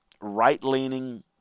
right-leaning